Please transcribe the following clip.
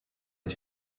est